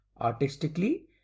artistically